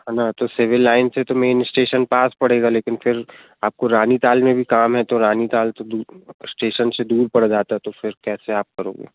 हैं ना तो सिविल लाइन से तो मेन स्टेशन पास पड़ेगा लेकिन फिर आपको रानीताल में भी काम है तो रानीताल तो दूर स्टेशन से दूर पड़ जाता है तो फिर कैसे आप करोगे